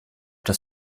das